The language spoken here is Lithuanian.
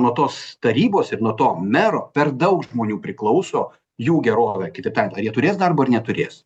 nuo tos tarybos ir nuo to mero per daug žmonių priklauso jų gerovė kitaip tariant ar jie turės darbą ir neturės